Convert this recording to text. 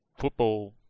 football